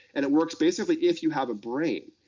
and it works basically, if you have a brain.